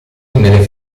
nelle